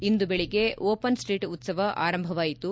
ಇಂದು ಬೆಳಿಗ್ಗೆ open street ಉತ್ಸವ ಆರಂಭವಾಯಿತು